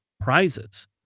prizes